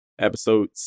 Episode